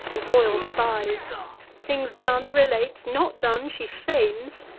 and royal spies things done relates, not done she feigns,